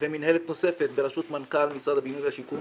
ומינהלת נוספת בראשות מנכ"ל משרד הבינוי והשיכון